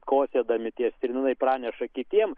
kosėdami tie stirninai praneša kitiem